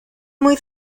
muy